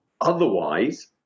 Otherwise